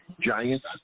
Giants